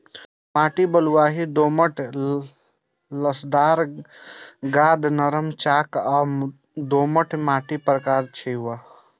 माटि बलुआही, दोमट, लसदार, गाद, नरम, चाक आ दोमट माटिक प्रकार छियै